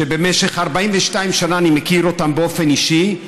שבמשך 42 שנה אני מכיר אותם באופן אישי,